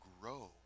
grow